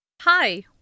hi